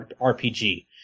RPG